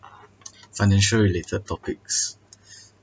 financial related topics